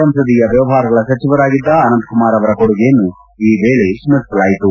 ಸಂಸದೀಯ ವ್ಯವಹಾರಗಳ ಸಚಿವರಾಗಿದ್ದ ಅನಂತಕುಮಾರ್ ಅವರ ಕೊಡುಗೆಯನ್ನು ಈ ವೇಳೆ ಸ್ತರಿಸಲಾಯಿತು